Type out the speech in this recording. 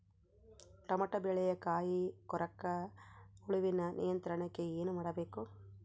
Tomato ಬೆಳೆಯ ಕಾಯಿ ಕೊರಕ ಹುಳುವಿನ ನಿಯಂತ್ರಣಕ್ಕೆ ಏನು ಮಾಡಬೇಕು?